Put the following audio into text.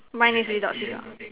mine is without seagull